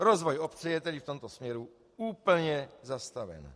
Rozvoj obce je v tomto směru úplně zastaven.